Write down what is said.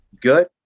Good